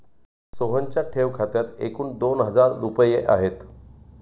सोहनच्या ठेव खात्यात एकूण दोन हजार रुपये आहेत